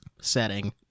setting